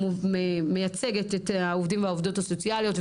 שמייצגת את העובדים והעובדות הסוציאליות,